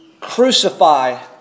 Crucify